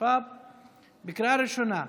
התשפ"ב 2022, לקריאה ראשונה.